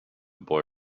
boy